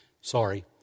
sorry